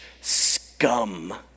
scum